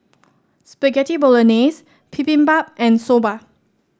Spaghetti Bolognese Bibimbap and Soba